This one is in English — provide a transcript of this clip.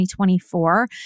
2024